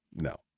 no